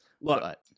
Look